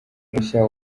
mushya